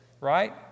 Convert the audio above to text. right